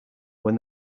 when